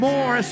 More